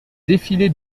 défilés